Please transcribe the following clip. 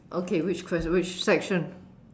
okay which ques~ which section